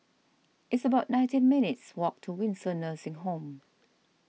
it's about nineteen minutes' walk to Windsor Nursing Home